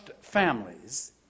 families